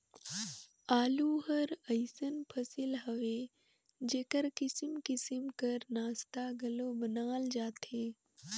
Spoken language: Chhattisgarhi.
आलू हर अइसन फसिल हवे जेकर किसिम किसिम कर नास्ता घलो बनाल जाथे